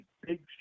big